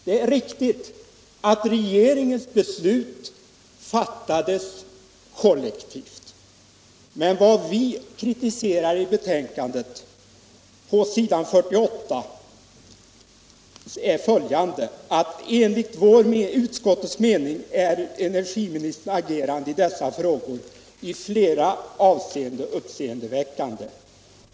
Det är riktigt att regeringens beslut fattades kollektivt, men innehållet i vår kritik sammanfattas på s. 48 i betänkandet. Jag citerar: ”Enligt utskottets mening är energiministerns agerande i dessa frågor i flera avseenden uppseendeväckande.